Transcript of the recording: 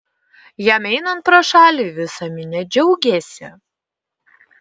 jam einant pro šalį visa minia džiaugėsi